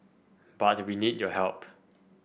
but we need your help